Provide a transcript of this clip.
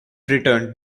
returned